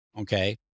Okay